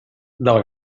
del